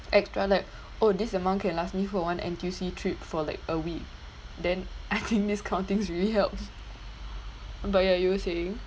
extra like oh this amount can last me for one N_T_U_C trip for like a week then I think this kind of things really helps but ya you were saying